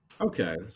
Okay